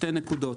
2 נקודות.